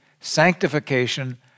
sanctification